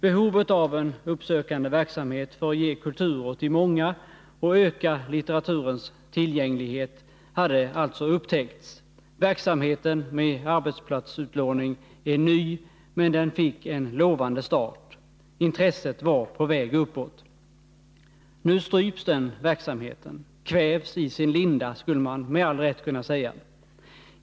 Behovet av en uppsökande verksamhet för att ge kultur åt de många och öka litteraturens tillgänglighet hade alltså upptäckts. Verksamheten med arbetsplatsutlåning är ny, men den fick en lovande start. Intresset var på väg uppåt. Nu stryps den verksamheten — kvävs i sin linda, skulle man med all rätt kunna säga.